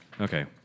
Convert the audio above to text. Okay